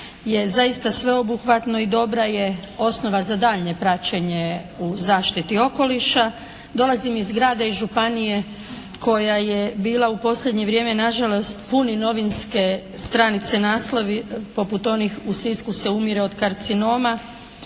zaista sveobuhvatno i dobra je osnova za daljnje praćenje u zaštiti okoliša. Dolazim iz grada i županije koja je bila u posljednje vrijeme na žalost puni novinske stranice naslovi poput onih “u Sisku se umire od karcinoma“